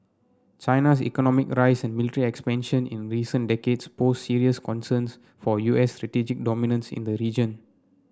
China's economic rise and military expansion in recent decades pose serious concerns for U S strategic dominance in the region